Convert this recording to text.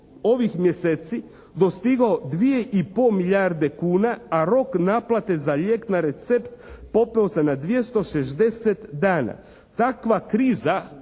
ovih mjeseci dostigao dvije i pol milijarde kuna, a rok naplate za lijek na recept popeo se na 260 dana. Takva kriza